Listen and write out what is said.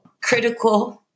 critical